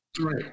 Right